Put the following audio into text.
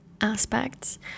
aspects